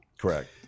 Correct